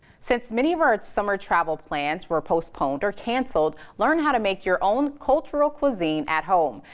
since many of our summer travel plans were postponed or canceled, learn how to make your own cultural cuisine at home.